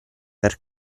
per